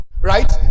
right